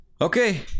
Okay